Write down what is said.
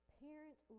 parent